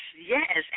yes